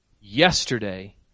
yesterday